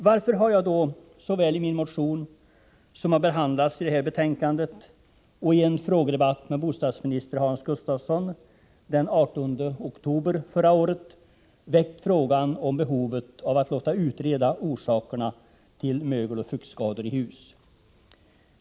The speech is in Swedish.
Varför har jag då — både i min motion, som har behandlats i det här betänkandet, och i en frågedebatt med bostadsminister Hans Gustafsson den 18 oktober förra året — väckt frågan om behovet av att låta utreda orsakerna till mögeloch fuktskador i hus?